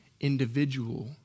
individual